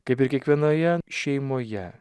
kaip ir kiekvienoje šeimoje